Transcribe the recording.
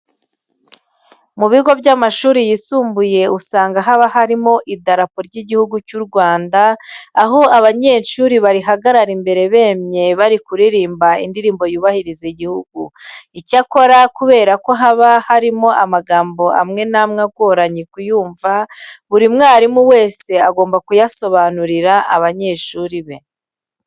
Mu bigo by'amashuri yisumbuye usanga haba harimo idarapo ry'Igihugu cy'u Rwanda, aho abanyeshuri barihagarara imbere bemye bari kuririmba indirimbo yubahiriza igihugu. Icyakora kubera ko haba harimo amagambo amwe n'amwe agoranye kuyumva, buri mwarimu wese agomba kuyasobanurira abanyeshuri be.